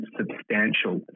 substantial